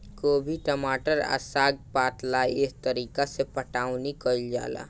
गोभी, टमाटर आ साग पात ला एह तरीका से पटाउनी कईल जाला